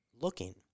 looking